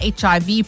HIV